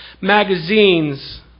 Magazines